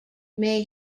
may